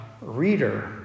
reader